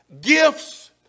gifts